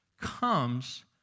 comes